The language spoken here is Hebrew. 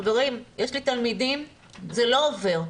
חברים, יש לי תלמידים, זה לא עובר.